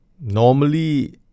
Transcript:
normally